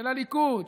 של הליכוד,